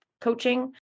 coaching